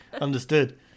understood